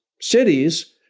cities